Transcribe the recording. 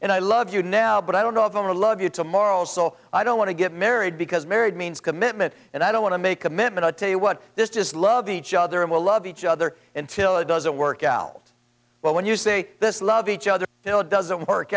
and i love you now but i don't know of the love you tomorrow so i don't want to get married because marriage means commitment and i don't want to make commitment i tell you what this does love each other and will love each other until it doesn't work out but when you say this love each other you know it doesn't work